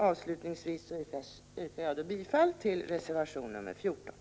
Avslutningsvis yrkar jag bifall till reservation nr 14.